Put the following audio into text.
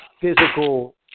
physical